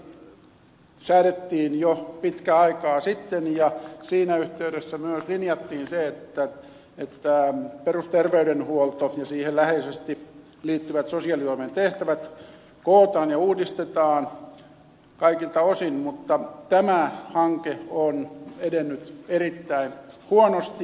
paras laki säädettiin jo pitkän aikaa sitten ja siinä yhteydessä myös linjattiin se että perusterveydenhuolto ja siihen läheisesti liittyvät sosiaalitoimen tehtävät kootaan ja uudistetaan kaikilta osin mutta tämä hanke on edennyt erittäin huonosti